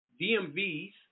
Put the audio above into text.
DMV's